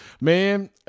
man